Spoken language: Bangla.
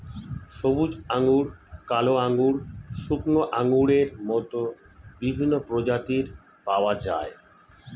সবুজ আঙ্গুর, কালো আঙ্গুর, শুকনো আঙ্গুরের মত বিভিন্ন প্রজাতির পাওয়া যায়